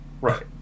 Right